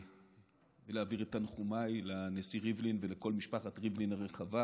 ולהעביר את תנחומיי לנשיא ריבלין ולכל משפחת ריבלין הרחבה